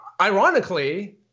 ironically